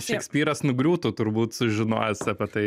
šekspyras nugriūtų turbūt sužinojęs apie tai